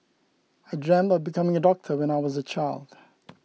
I dreamt of becoming a doctor when I was a child